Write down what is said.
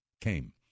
came